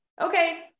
okay